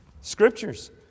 scriptures